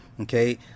Okay